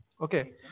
Okay